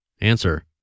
Answer